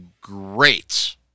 great